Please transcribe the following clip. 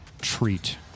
treat